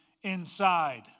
inside